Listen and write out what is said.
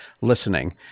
listening